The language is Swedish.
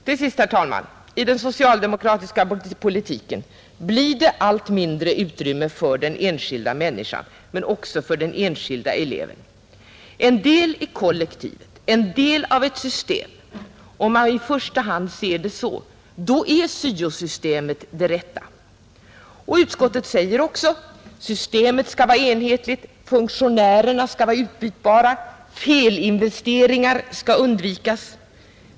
Slutligen, herr talman, blir det i den socialdemokratiska politiken allt mindre utrymme för den enskilda människan, men också för den enskilde eleven, Som en del i ett kollektiv, som en del av ett system — om man i första hand ser eleven så — är syo-systemet det rätta. Utskottet säger också att systemet skall vara enhetligt, funktionärerna skall vara utbytbara, felinvesteringar skall undvikas.